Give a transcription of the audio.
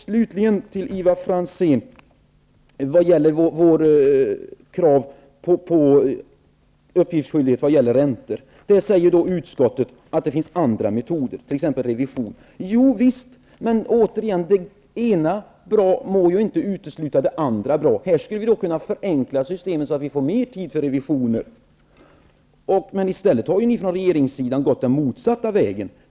Slutligen, Ivar Franzén: När det gäller vårt krav på uppgiftsskyldighet i fråga om räntor säger utskottet att det finns andra metoder, t.ex. revision. Javisst, men det ena goda må ju inte utesluta det andra goda. Vi skulle här kunna förenkla systemet så att vi få mer tid för revisioner. Men i stället har ju ni från regeringssidan gått den motsatta vägen.